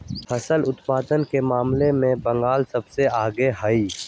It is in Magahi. फसल उत्पादन के मामले में बंगाल सबसे आगे हई